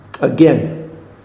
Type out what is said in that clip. Again